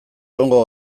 egongo